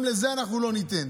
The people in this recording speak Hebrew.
גם את זה אנחנו לא ניתן.